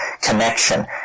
connection